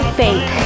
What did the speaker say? faith